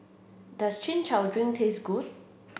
does Chin Chow Drink taste good